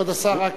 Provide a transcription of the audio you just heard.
כבוד השר,